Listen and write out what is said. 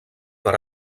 per